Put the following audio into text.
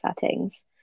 settings